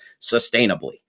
sustainably